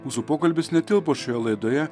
mūsų pokalbis netilpo šioje laidoje